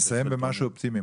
תסיים במשהו אופטימי.